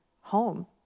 home